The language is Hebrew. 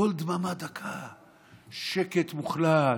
קול דממה דקה, שקט מוחלט.